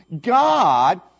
God